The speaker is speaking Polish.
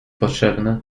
potrzebne